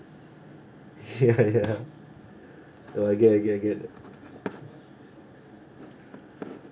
ya ya so I get I get I get it